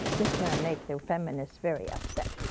is going to make the feminists very upset